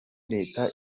leta